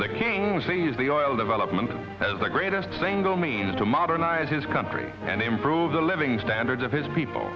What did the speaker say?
lickings sees the oil development as the greatest single means to modernize his country and improve the living standards of his people